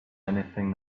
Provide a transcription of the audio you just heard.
anything